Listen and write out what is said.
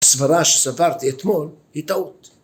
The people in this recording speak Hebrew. הסברה שסברתי אתמול היא טעות.